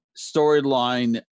storyline